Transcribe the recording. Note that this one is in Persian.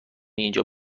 اینجا